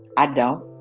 i don't.